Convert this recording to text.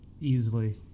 Easily